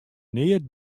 neat